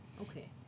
Okay